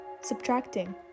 subtracting